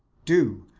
do,